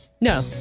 No